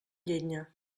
llenya